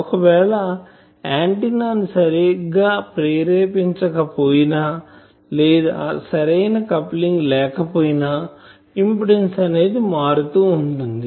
ఒకవేళ ఆంటిన్నా ను సరిగ్గా ప్రేరేపించక పోయిన లేదా సరైన కప్లింగ్ లేక పోయిన ఇంపిడెన్సు అనేది మారిపోతూ వుంటుంది